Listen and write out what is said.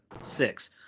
six